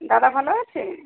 দাদা ভালো আছে